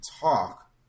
talk